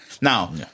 now